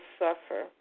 suffer